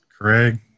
Craig